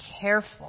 careful